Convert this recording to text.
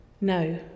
No